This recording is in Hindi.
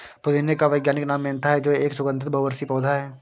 पुदीने का वैज्ञानिक नाम मेंथा है जो एक सुगन्धित बहुवर्षीय पौधा है